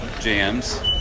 jams